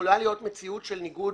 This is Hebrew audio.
יכולה להיות מציאות של ניגוד.